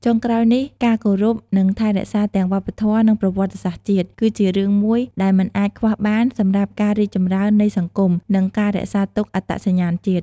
ចុងក្រោយនេះ ការគោរព និងថែរក្សាទាំងវប្បធម៌ និងប្រវត្តិសាស្ត្រជាតិ គឺជារឿងមួយដែលមិនអាចខ្វះបានសម្រាប់ការរីកចម្រើននៃសង្គម និងការរក្សាទុកអត្តសញ្ញាណជាតិ។